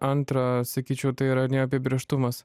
antra sakyčiau tai yra neapibrėžtumas